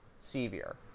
Severe